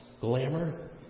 Glamour